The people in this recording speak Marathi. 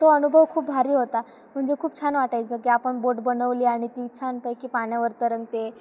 तो अनुभव खूप भारी होता म्हणजे खूप छान वाटायचं की आपण बोट बनवली आणि ती छान पैकी पाण्यावर तरंगते